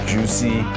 Juicy